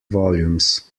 volumes